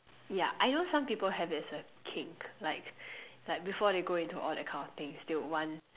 ya I know some people have it as a kink like like before they go into all that kind of things they would want